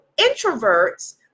introverts